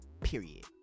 period